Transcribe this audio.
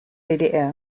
ddr